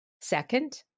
Second